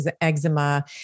eczema